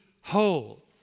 whole